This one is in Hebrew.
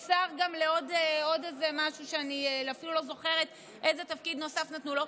הוא שר לעוד משהו שאני אפילו לא זוכרת איזה תפקיד נוסף נתנו לו,